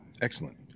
Excellent